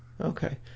Okay